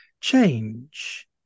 change